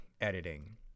editing